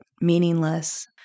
meaningless